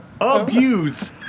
abuse